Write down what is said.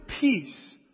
Peace